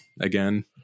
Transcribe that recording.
again